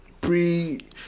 pre